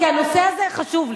כי הנושא הזה חשוב לי.